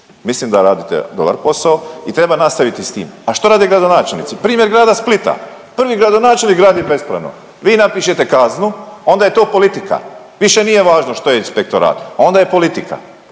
Mislim da radite dobar posao i treba nastaviti s tim. A što rade gradonačelnici? Primjer Grada Splita, prvi gradonačelnik gradi bespravno, vi napišete kaznu onda je to politika više nije važno što je inspektorat, onda je politika.